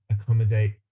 accommodate